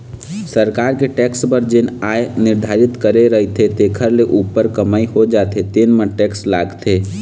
सरकार के टेक्स बर जेन आय निरधारति करे रहिथे तेखर ले उप्पर कमई हो जाथे तेन म टेक्स लागथे